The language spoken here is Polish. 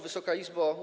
Wysoka Izbo!